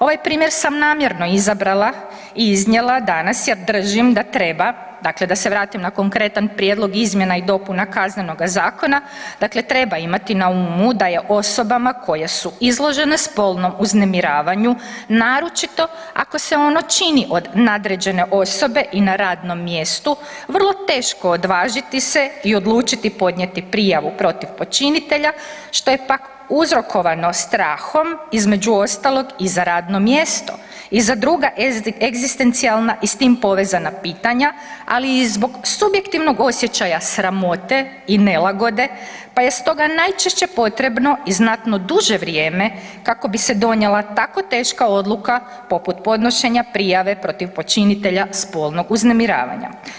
Ovaj primjer sam namjerno izabrala i iznijela danas jer držim da treba, dakle da se vratim na konkretan Prijedlog izmjena i dopuna Kaznenoga zakona, dakle treba imati na umu da je osobama koje su izložene spolnom uznemiravanju, naročito ako se ono čini od nadređene osobe i na radnom mjestu, vrlo teško odvažiti se i odlučiti podnijeti prijavu protiv počinitelja, što je pak uzrokovano strahom, između ostalog i za radno mjesto i za druga egzistencijalna i s tim povezana pitanja, ali i zbog subjektivnog osjećaja sramote i nelagode, pa je stoga najčešće potrebno i znatno duže vrijeme kako bi se donijela tako teška odluka poput podnošenja prijave protiv počinitelja spolnog uznemiravanja.